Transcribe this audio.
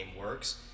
works